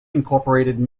incorporated